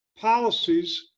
policies